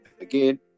again